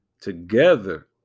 together